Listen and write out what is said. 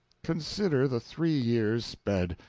consider the three years sped.